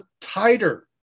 tighter